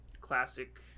classic